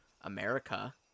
America